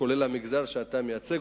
כולל המגזר שאתה מייצג,